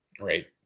Right